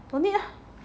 don't need lah